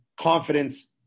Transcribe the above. confidence